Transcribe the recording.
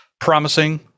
promising